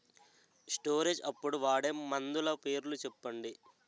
Storage అప్పుడు వాడే మందులు పేర్లు చెప్పండీ?